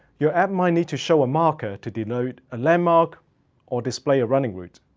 your app might need to show a marker to denote a landmark or display a running route.